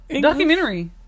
Documentary